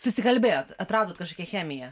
susikalbėjot atradot kažkokią chemiją